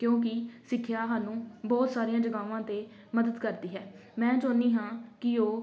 ਕਿਉਂਕਿ ਸਿੱਖਿਆ ਸਾਨੂੰ ਬਹੁਤ ਸਾਰੀਆਂ ਜਗਾਵਾਂ 'ਤੇ ਮਦਦ ਕਰਦੀ ਹੈ ਮੈਂ ਚਾਹੁੰਦੀ ਹਾਂ ਕਿ ਉਹ